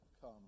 come